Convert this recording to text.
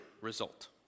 result